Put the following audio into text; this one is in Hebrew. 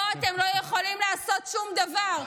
פה אתם לא יכולים לעשות שום דבר.